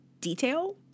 detail